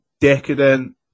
decadent